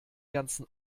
ganzen